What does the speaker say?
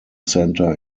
center